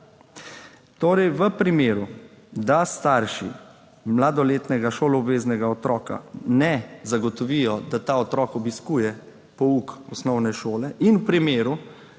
V primeru, da starši mladoletnega šoloobveznega otroka ne zagotovijo, da ta otrok obiskuje pouk osnovne šole, in v primeru,